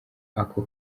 aka